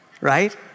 right